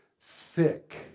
thick